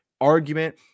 argument